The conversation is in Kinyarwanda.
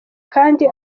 kandi